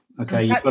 okay